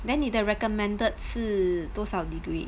then 你的 recommended 是多少 degree